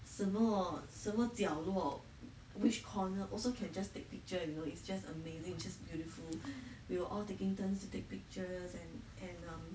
什么什么角落 which corner also can just take picture you know it's just amazing just beautiful we were all taking turns to take pictures and and um